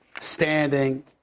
standing